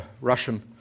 Russian